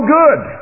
good